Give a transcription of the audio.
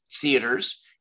theaters